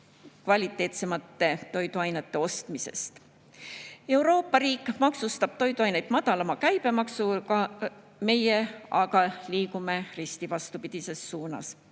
kvaliteetsemate toiduainete ostmisest. Euroopa Liit maksustab toiduaineid madalama käibemaksuga, meie aga liigume risti vastupidises suunas.